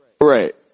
Right